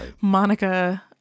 Monica